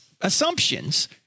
assumptions